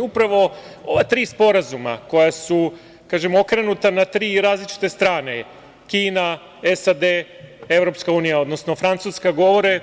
Upravo ova tri sporazuma koja su, kažem, okrenuta na tri različite strane, Kina, SAD, EU, odnosno Francuska, govore